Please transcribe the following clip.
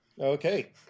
okay